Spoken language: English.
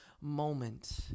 moment